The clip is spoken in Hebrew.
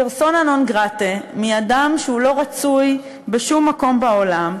מפרסונה נון-גרטה, מאדם שלא רצוי בשום מקום בעולם,